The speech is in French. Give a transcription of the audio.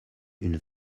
une